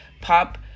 Pop